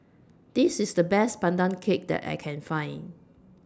This IS The Best Pandan Cake that I Can Find